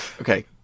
Okay